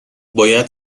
باید